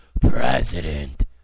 president